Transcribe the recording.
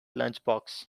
lunchbox